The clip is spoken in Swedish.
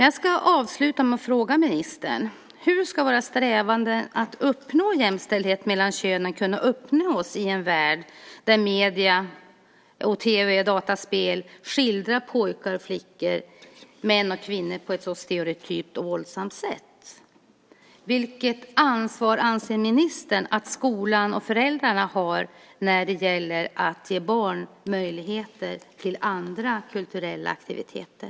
Jag ska avsluta med att fråga ministern: Hur ska våra strävanden att uppnå jämställdhet mellan könen kunna uppnås i en värld där medierna, tv och dataspel, skildrar pojkar och flickor, män och kvinnor på ett så stereotypt och våldsamt sätt? Vilket ansvar anser ministern att skolan och föräldrarna har när det gäller att ge barn möjligheter till andra kulturella aktiviteter?